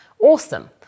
Awesome